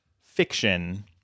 fiction